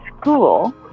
school